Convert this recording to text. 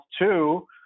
Two